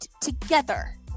together